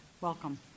Welcome